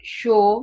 show